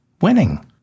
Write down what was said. winning